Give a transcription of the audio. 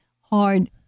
hard